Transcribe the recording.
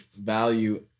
value